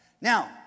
Now